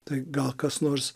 tai gal kas nors